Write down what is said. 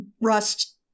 rust